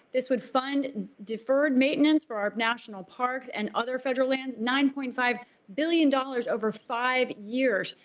this would fund deferred maintenance for our national parks and other federal lands, nine point five billion dollars over five years.